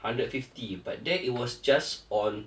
hundred fifty but that it was just on